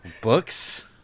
Books